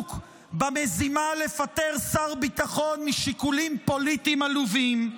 עסוק במזימה לפטר שר ביטחון משיקולים פוליטיים עלובים?